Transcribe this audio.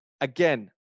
again